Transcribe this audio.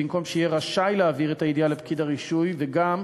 במקום 'שיהיה רשאי להעביר את הידיעה לפקיד הרישוי וגם',